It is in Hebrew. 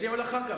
הציעו גם לך.